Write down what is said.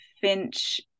Finch